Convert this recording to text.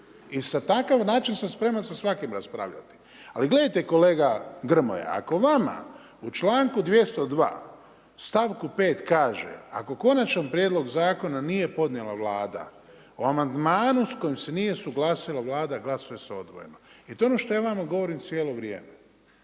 I za takav način sam spreman sa svakim raspravljati, ali gledajte kolega Grmoja, ako vama u članku 202. stavku 5. „Ako konačan prijedlog zakona nije podnijela Vlada, o amandmanu s kojim nije usuglasila Vlada, glasuje se odvojeno.“ I to je ono što ja vama govorimo cijelo vrijeme.